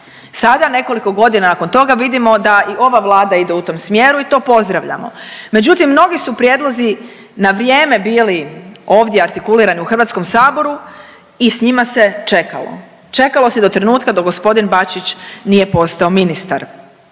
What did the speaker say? Sada nekoliko godina nakon toga vidimo da i ova Vlada ide u tom smjeru i to pozdravljamo. Međutim, mnogi su prijedlozi na vrijeme bili ovdje artikulirani u HS-u i s njima se čekalo, čekalo se do trenutka dok gospodin Bačić nije postao ministar.